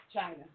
China